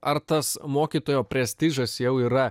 ar tas mokytojo prestižas jau yra